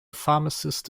pharmacist